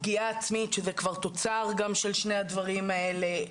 פגיעה עצמית שזה כבר תוצר של שני הדברים האלה,